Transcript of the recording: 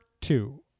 two